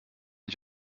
ich